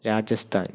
Rajasthan